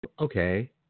okay